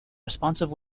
responsive